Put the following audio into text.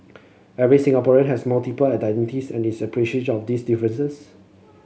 every Singaporean has multiple identities and is appreciative of these differences